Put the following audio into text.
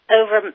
over